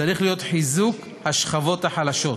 צריך להיות חיזוק השכבות החלשות,